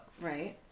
Right